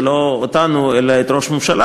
זה לא אותנו אלא את ראש הממשלה.